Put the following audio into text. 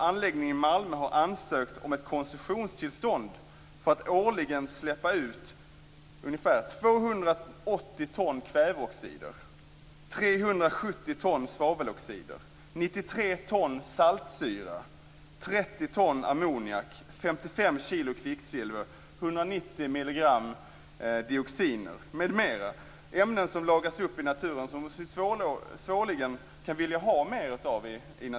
Anläggningen i Malmö har t.ex. ansökt om koncessionstillstånd för att årligen släppa ut ungefär 280 ton kväveoxider, 370 ton svaveloxider, 93 ton saltsyra, 30 ton ammoniak, 55 kg kvicksilver och 190 milligram dioxiner. Det är ämnen som lagras i naturen och som vi svårligen kan vilja ha mer av.